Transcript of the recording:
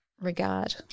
regard